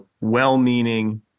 well-meaning